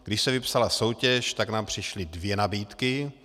Když se vypsala soutěž, tak nám přišly dvě nabídky.